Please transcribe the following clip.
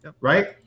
Right